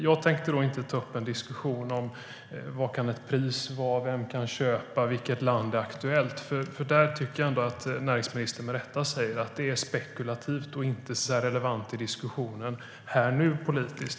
Jag tänker inte ta upp en diskussion om pris, vem som kan köpa och vilket land som är aktuellt, för det tycker jag att näringsministern med rätta säger är spekulativt och inte politiskt relevant i diskussionen här och nu.